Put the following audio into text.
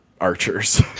archers